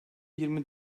yirmi